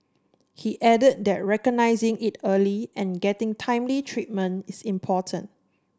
he added that recognising it early and getting timely treatment is important